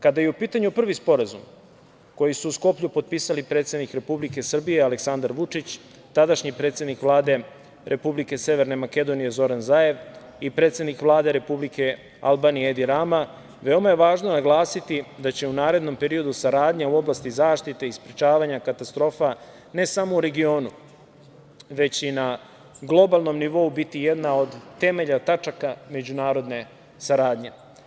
Kada je u pitanju prvi sporazum, koji su u Skoplju potpisali predsednik Republike Srbije Aleksandar Vučić, tadašnji predsednik Vlade Republike Severne Makedonije Zoran Zaev i predsednik Vlade Republike Albanije Edi Rama, veoma je važno naglasiti da će u narednom periodu saradnja u oblasti zaštite i sprečavanja katastrofa, ne samo u regionu, već i na globalnom nivou biti jedan od temelja, tačaka međunarodne saradnje.